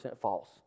false